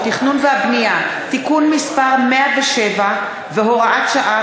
והבנייה (תיקון מס' 107 והוראת שעה),